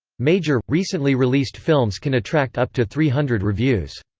major, recently released films can attract up to three hundred reviews.